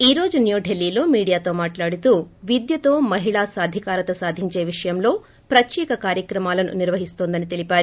ఈ రోజు న్యూఢిల్లీలో మీడియాతో మాట్లాడుతూ విద్యతో మహిళా సాధికారత సాధించే విషయంలో ప్రత్యేక కార్యక్రమాలను నిర్వహిస్తోందని తెలిపారు